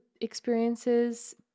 experiences